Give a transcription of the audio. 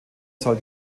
soll